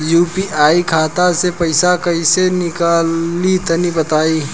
UPI खाता से पइसा कइसे निकली तनि बताई?